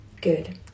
Good